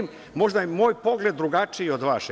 Možda je moj pogled drugačiji od vašeg.